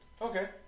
Okay